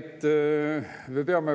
et me peame